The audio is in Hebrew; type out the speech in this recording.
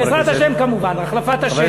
בעזרת השם, כמובן החלפת השם.